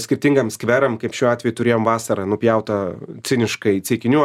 skirtingam skveram kaip šiuo atveju turėjom vasarą nupjau tą ciniškai ceikinių